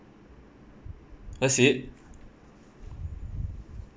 that's it